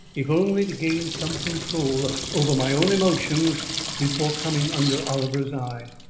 if only to gain some control over my own emotions before coming under oliver's eye.